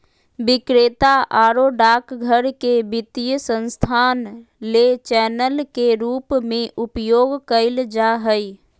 विक्रेता आरो डाकघर के वित्तीय संस्थान ले चैनल के रूप में उपयोग कइल जा हइ